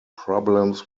problems